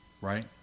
Right